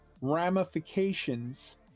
ramifications